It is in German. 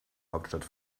hauptstadt